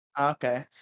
Okay